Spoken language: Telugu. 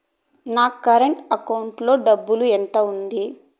నా కరెంట్ అకౌంటు లో డబ్బులు ఎంత ఉంది?